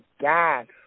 God